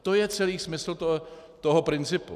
To je celý smysl toho principu.